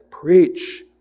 preach